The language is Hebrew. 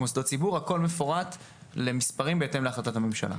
מוסדות ציבור והכל מפורט למספרים בהתאם להחלטת הממשלה.